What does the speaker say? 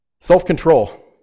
Self-control